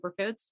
superfoods